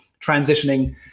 transitioning